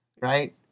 right